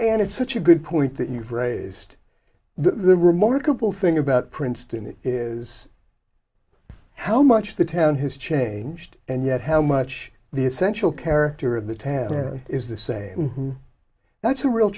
and it's such a good point that you've raised the remarkable thing about princeton it is how much the town has changed and yet how much the essential character of the task is the same that's a real